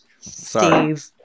Steve